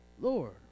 Lord